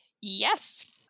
yes